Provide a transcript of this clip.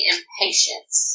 Impatience